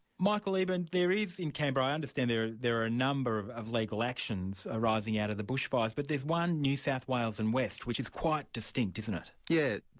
michael eburn, there is, in canberra, i understand, there there are a number of of legal actions arising out of the bushfires, but there's one new south wales and west, which is quite distinct, isn't it? yeah yes.